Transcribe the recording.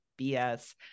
BS